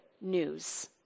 news